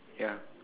ya